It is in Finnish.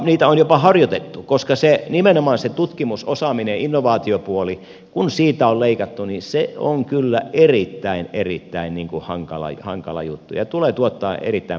niitä on jopa horjutettu koska nimenomaan kun tutkimuksesta osaamisesta innovaatiopuolesta on leikattu se on kyllä erittäin erittäin hankala juttu ja tulee tuottamaan erittäin paljon tuskaa